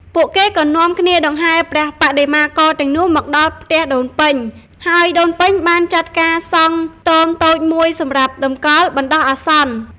ពួកគេក៏នាំគ្នាដង្ហែព្រះបដិមាករទាំងនោះមកដល់ផ្ទះដូនពេញ ហើយដូនពេញបានចាត់ការសង់ខ្ទមតូចមួយសម្រាប់តម្កល់បណ្តោះអាសន្ន។